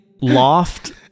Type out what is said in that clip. loft